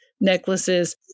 necklaces